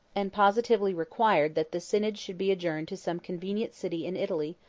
and positively required that the synod should be adjourned to some convenient city in italy,